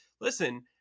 listen